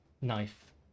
knife